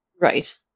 Right